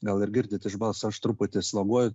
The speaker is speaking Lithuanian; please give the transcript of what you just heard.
gal ir girdit iš balso aš truputį sloguoju